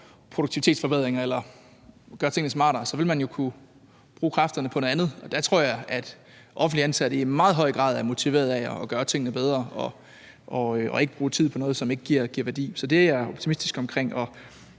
produktivitetsforbedringer eller gør tingene smartere, ville kunne bruge kræfterne på noget andet. Der tror jeg, at offentligt ansatte i meget høj grad er motiverede af at gøre tingene bedre og ikke bruge tid på noget, som ikke giver værdi. Så det er jeg optimistisk omkring.